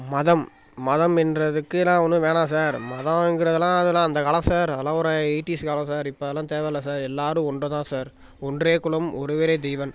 மதம் மதம் என்றதுக்கு நான் ஒன்றும் வேணாம் சார் மதங்கிறதுலாம் அதெலாம் அந்த காலம் சார் அதுலாம் ஒரு எயிட்டிஸ் காலம் சார் இப்போ அதெலாம் தேவை இல்லை சார் எல்லாரும் ஒன்று தான் சார் ஒன்றே குலம் ஒருவரே தெய்வன்